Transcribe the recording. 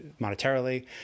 monetarily